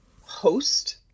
host